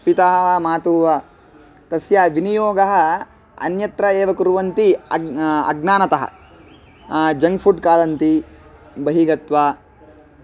पितुः वा मातुः वा तस्य विनियोगम् अन्यत्र एव कुर्वन्ति अज् अज्ञानतः जङ्क् फ़ुड् खादन्ति बहिः गत्वा